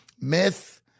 myth